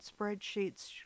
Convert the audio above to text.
spreadsheets